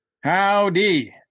Howdy